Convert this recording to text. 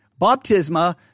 Baptisma